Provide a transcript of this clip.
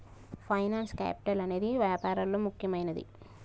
finance capital అనేదే వ్యాపారాల్లో ముఖ్యమైనది